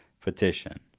petition